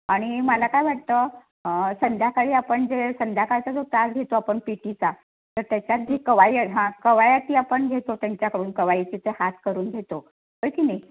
आणि मला काय वाटतं संध्याकाळी आपण जे संध्याकाळचा जो तास घेतो आपण पी टीचा तर त्याच्यात जी कवायत हां कवायती आपण घेतो त्यांच्याकडून कवायतीचे हात करून घेतो होय की नाही